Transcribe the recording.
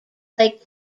lake